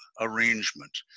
arrangement